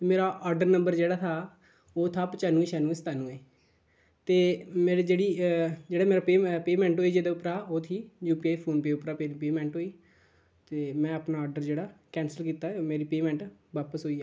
मेरा order number जेह्ड़ा ऐ ओह् हा पचानवें छयानवें सतानवें ते मेरी जेह्ड़ी जेह्ड़ा मेरा पेऽ पेऽमैंट होई जेह्दे उप्परा ओह् ही यूपी फोन पेऽ उप्परा पेऽमैंट होई ते में अपना आर्डर जेह्ड़ा ऐ कैंसल कीता ऐ मेरी पेऽमैंट बापस होई जा